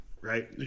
Right